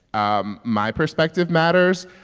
um my perspective matters.